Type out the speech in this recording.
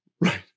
Right